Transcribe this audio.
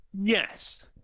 Yes